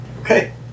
Okay